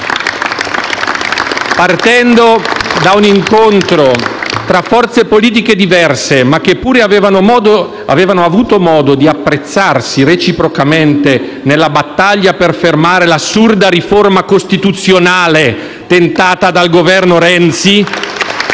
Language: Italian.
partendo da un incontro tra forze politiche diverse, ma che pure avevano avuto modo di apprezzarsi reciprocamente nella battaglia per fermare l'assurda riforma costituzionale tentata dal Governo Renzi